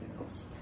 else